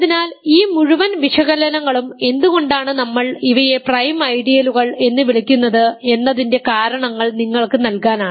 അതിനാൽ ഈ മുഴുവൻ വിശകലനങ്ങളും എന്തുകൊണ്ടാണ് നമ്മൾ ഇവയെ പ്രൈം ഐഡിയലുകൾ എന്ന് വിളിക്കുന്നത് എന്നതിൻറെ കാരണങ്ങൾ നിങ്ങൾക്ക് നൽകാനാണ്